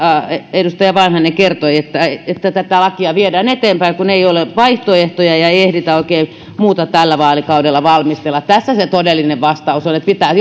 edustaja vanhanen kertoi että tätä lakia viedään eteenpäin kun ei ole vaihtoehtoja eikä ehditä oikein muuta tällä vaalikaudella valmistella tässä se todellinen vastaus on pitää